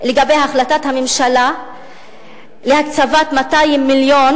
החלטת הממשלה להקצבת 200 מיליון,